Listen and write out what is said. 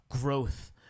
growth